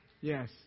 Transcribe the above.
Yes